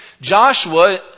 Joshua